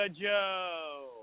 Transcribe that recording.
Joe